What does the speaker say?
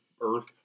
Earth